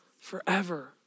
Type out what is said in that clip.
Forever